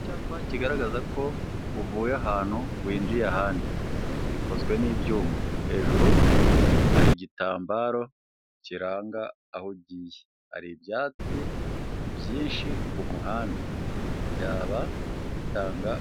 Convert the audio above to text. Icyapa kigaragaza ko uvuye ahantu winjiye ahandi. Gikozwe n'ibyuma hejuru hari igitambaro kiranga aho ugiye, hari ibyatsi byinshi ku muhanda byaba bitanga